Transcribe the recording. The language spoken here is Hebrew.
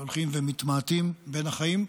שהולכים ומתמעטים בין החיים.